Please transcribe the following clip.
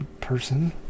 person